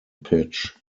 pitch